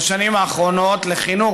על חינוך,